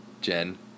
Jen